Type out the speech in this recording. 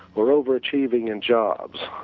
or over achieving in jobs,